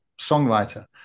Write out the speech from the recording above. songwriter